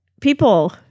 people